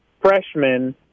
freshmen –